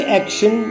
action